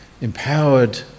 empowered